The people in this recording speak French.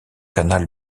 canal